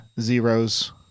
zeros